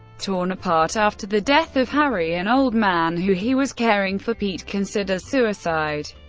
torn apart after the death of harry, an old man who he was caring for, pete considers suicide.